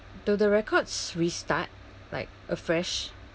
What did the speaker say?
do the records restart like afresh